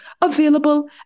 available